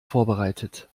vorbereitet